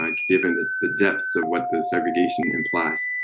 like given the depths of what the segregation implies.